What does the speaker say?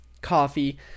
coffee